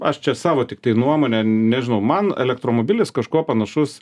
aš čia savo tiktai nuomone nežinau man elektromobilis kažkuo panašus